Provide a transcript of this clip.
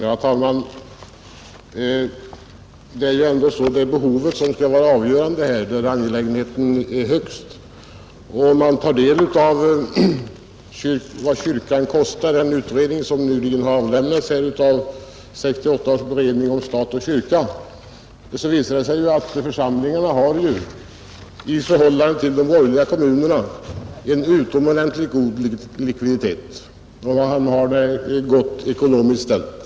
Herr talman! Det är ändå behovet som skall vara avgörande här. Om man tar del av de uppgifter om vad kyrkan kostar som lämnas i den utredning som nyligen avlämnats av 1968 års beredning kyrka—stat, finner man att de kyrkliga församlingarna i förhållande till de borgerliga kommunerna har en utomordentligt god likviditet, och de har det gott ekonomiskt ställt.